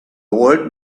old